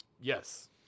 yes